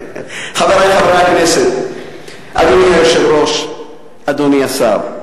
חברי חברי הכנסת, אדוני היושב-ראש, אדוני השר,